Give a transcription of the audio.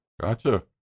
Gotcha